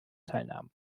teilnahmen